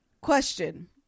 Question